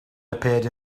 appeared